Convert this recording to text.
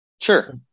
sure